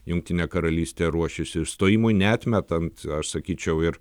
jungtinė karalystė ruošiasi išstojimui neatmetant aš sakyčiau ir